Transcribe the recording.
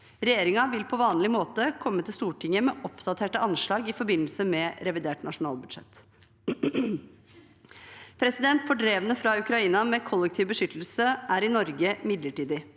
Regjeringen vil på vanlig måte komme til Stortinget med oppdaterte anslag i forbindelse med revidert nasjonalbudsjett. Fordrevne fra Ukraina med kollektiv beskyttelse er i Norge midlertidig.